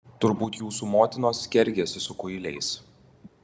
turbūt jūsų motinos kergėsi su kuiliais